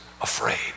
afraid